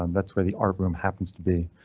um that's where the art room happens to be.